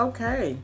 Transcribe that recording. Okay